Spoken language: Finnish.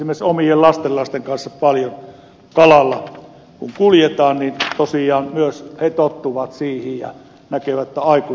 esimerkiksi omien lastenlasten kanssa paljon kalalla kun kuljetaan niin tosiaan myös he tottuvat siihen ja näkevät että aikuiset näitä liivejä käyttävät